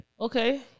Okay